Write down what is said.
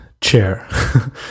chair